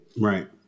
Right